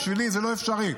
בשבילי זה לא אפשרי.